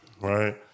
right